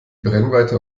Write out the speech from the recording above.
brennweite